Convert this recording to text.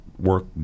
work